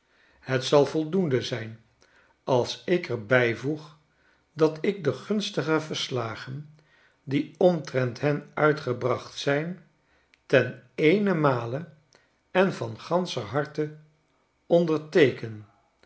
het zal voldoende zyn als ik er bijvoeg dat ik de gunstige verslagen die omtrent hen uitgebracht zijn ten eenenmale en van ganscher harte onderteeken